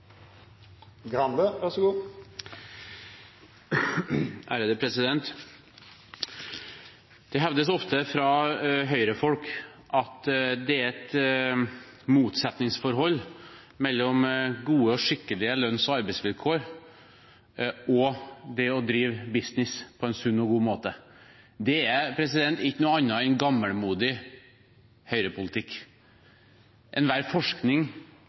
et motsetningsforhold mellom gode og skikkelige lønns- og arbeidsvilkår og det å drive business på en sunn og god måte. Det er ikke noe annet enn gammelmodig Høyre-politikk. Enhver forskning